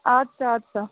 اَدسہ اد سہ